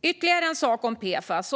Jag ska säga ytterligare en sak om PFAS.